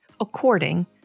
according